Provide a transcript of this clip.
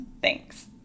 Thanks